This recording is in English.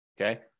okay